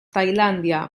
tailàndia